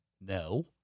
No